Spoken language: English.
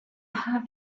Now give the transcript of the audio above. have